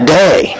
day